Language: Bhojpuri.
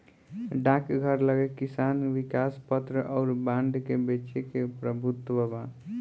डाकघर लगे किसान विकास पत्र अउर बांड के बेचे के प्रभुत्व बा